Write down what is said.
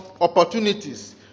opportunities